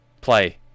play